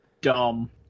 dumb